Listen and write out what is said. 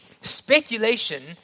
speculation